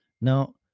Now